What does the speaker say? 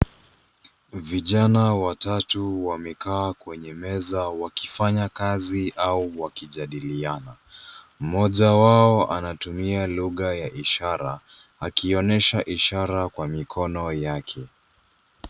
Vijana watatu wamekaa kwenye meza wakifanya kazi au wakijadiliana. Mmoja wao anatumia lugha ya ishara, akionyesha ishara kwa mikono yake.